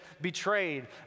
betrayed